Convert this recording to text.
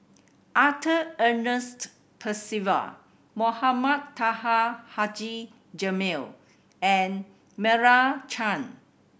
Arthur Ernest Percival Mohamed Taha Haji Jamil and Meira Chand